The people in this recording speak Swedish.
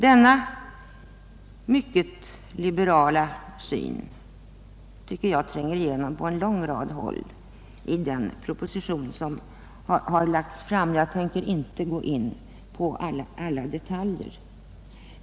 Denna mycket liberala syn tycker jag tränger igenom på lång rad håll i den proposition som har lagts fram. Jag tänker inte gå in på alla detaljer.